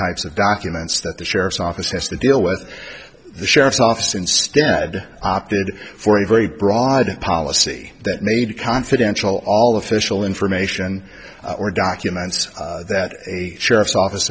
types of documents that the sheriff's office has to deal with the sheriff's office instead opted for a very broad policy that made confidential all official information or documents that a sheriff's office